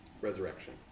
Resurrection